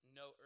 no